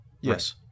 Yes